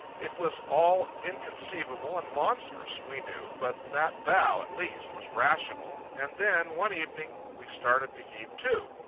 it was all inconceivable and monstrous, we knew, but that bow, at least, was rational. and then, one evening, we started to heave to.